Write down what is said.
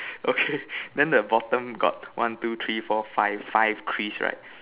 okay then the bottom got one two three four five five crease right